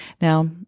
Now